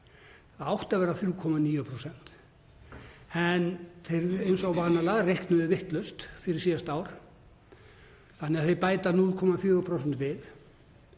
það átti að vera 3,9% en eins og venjulega reiknuðu þeir vitlaust fyrir síðasta ár þannig að þeir bæta 0,4% við